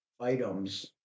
items